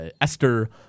Esther